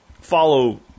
follow